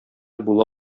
була